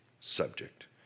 subject